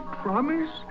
promise